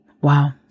Wow